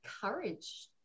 courage